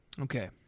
Okay